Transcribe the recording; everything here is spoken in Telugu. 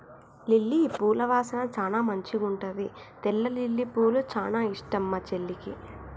లిల్లీ పూల వాసన చానా మంచిగుంటది తెల్ల లిల్లీపూలు చానా ఇష్టం మా చెల్లికి